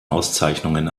auszeichnungen